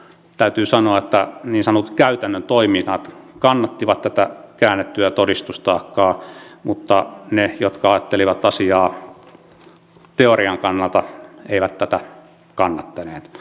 täytyy sanoa että niin sanotut käytännön toimijat kannattivat tätä käännettyä todistustaakkaa mutta ne jotka ajattelivat asiaa teorian kannalta eivät tätä kannattaneet